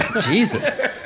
Jesus